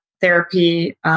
therapy